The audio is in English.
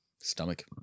stomach